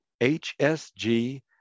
HSG